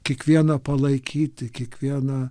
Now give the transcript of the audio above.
kiekvieną palaikyti kiekvieną